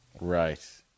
right